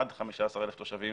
עד 15,000 תושבים,